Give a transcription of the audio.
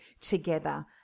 together